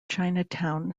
chinatown